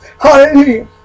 Hallelujah